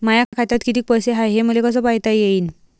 माया खात्यात कितीक पैसे हाय, हे मले कस पायता येईन?